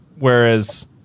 Whereas